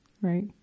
Right